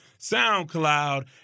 SoundCloud